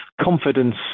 confidence